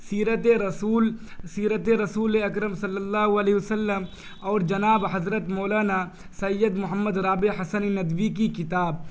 سیرت رسول سیرت رسول اکرم صلی اللہ علیہ وسلم اور جناب حضرت مولانا سید محمد رابع حسن ندوی کی کتاب